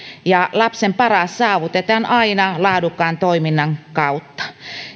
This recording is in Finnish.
ja lapsen paras saavutetaan aina laadukkaan toiminnan kautta